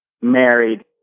married